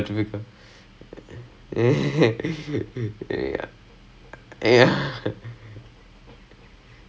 then I'm like eh ஏனய்யா தான் கேட்கிறே:enayyaa thaan kaetkirae at least என் பெயராச்சும்:en peyaraachum if you are gonna ask me every